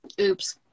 Oops